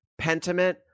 Pentiment